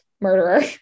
murderer